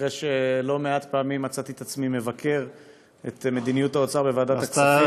אחרי שלא מעט פעמים מצאתי את עצמי מבקר את מדיניות האוצר וועדת הכספים.